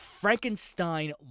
Frankenstein